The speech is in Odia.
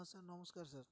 ହଁ ସାର୍ ନମସ୍କାର ସାର୍